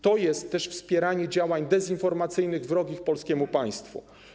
To jest też wspieranie działań dezinformacyjnych wrogich polskiemu państwu.